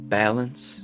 balance